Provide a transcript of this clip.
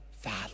Father